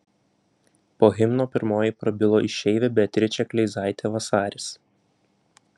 po himno pirmoji prabilo išeivė beatričė kleizaitė vasaris